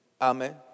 Amen